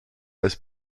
als